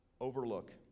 overlook